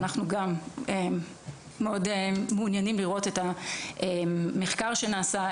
גם אנחנו מאוד מעוניינים לראות את המחקר שנעשה,